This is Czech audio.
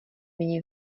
nyní